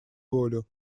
волю